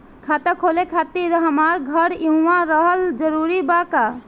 खाता खोले खातिर हमार घर इहवा रहल जरूरी बा का?